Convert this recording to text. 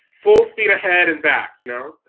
full speed ahead and back, you know?